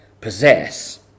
possess